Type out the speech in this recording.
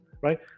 right